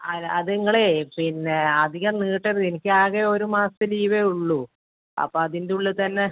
അത് അത് നിങ്ങളേ പിന്നെ അധികം നീട്ടരുത് എനിക്ക് ആകെ ഒരു മാസത്തെ ലീവേ ഉള്ളൂ അപ്പോല് അതിൻറെ ഉള്ളിൽ തന്നെ